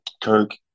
Kirk